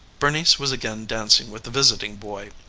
bernice was again dancing with the visiting boy.